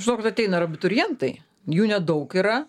žinokit ateina ir abiturientai jų nedaug yra